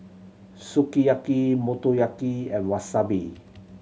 Sukiyaki Motoyaki and Wasabi